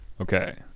okay